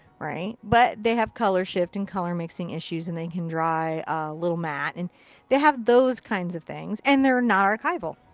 right. but they have color shift and color mixing issues and they can dry a little matte. and they have those kinds of things, and they're not archival.